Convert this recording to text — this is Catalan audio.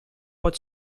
pot